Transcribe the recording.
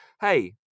Hey